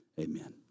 amen